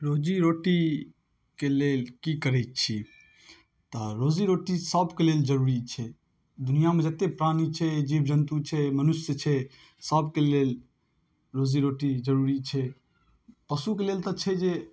रोजी रोटीके लेल की करै छी तऽ रोजी रोटी सभके लेल जरूरी छै दुनिआँमे जतेक प्राणी छै जीव जन्तु छै मनुष्य छै सभके लेल रोजी रोटी जरूरी छै पशुके लेल तऽ छै जे